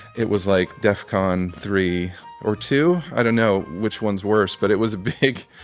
it was like defcon three or two. i don't know which one's worse but it was big.